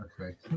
Okay